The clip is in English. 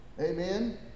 Amen